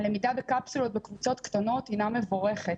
הלמידה בקפסולות בקבוצות קטנות הינה מבורכת.